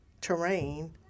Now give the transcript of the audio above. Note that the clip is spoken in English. terrain